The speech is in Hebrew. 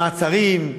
או למעצרים,